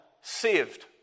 saved